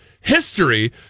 history